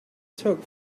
took